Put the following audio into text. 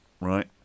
right